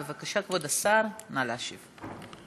בבקשה, כבוד השר, נא להשיב.